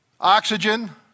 Oxygen